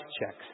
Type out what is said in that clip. checks